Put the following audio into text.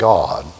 God